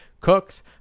Cooks